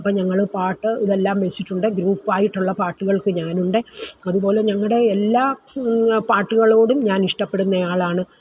അപ്പം ഞങ്ങൾ പാട്ട് ഇതെല്ലാം വെച്ചിട്ടുണ്ട് ഗ്രൂപ്പായിട്ടുള്ള പാട്ടുകൾക്ക് ഞാനുണ്ട് അതുപോലെ ഞങ്ങളുടെ എല്ലാ പാട്ടുകളോടും ഞാൻ ഇഷ്ടപ്പെടുന്നയാളാണ്